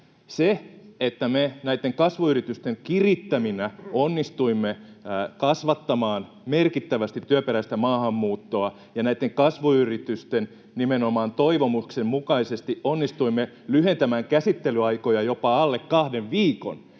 Se, että me näitten kasvuyritysten kirittäminä onnistuimme kasvattamaan merkittävästi työperäistä maahanmuuttoa ja nimenomaan näitten kasvuyritysten toivomuksen mukaisesti onnistuimme lyhentämään käsittelyaikoja jopa alle kahden viikon,